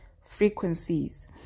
frequencies